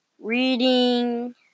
Reading